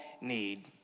need